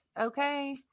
okay